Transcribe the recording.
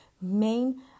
main